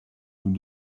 nous